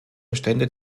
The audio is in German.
bestände